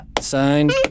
Signed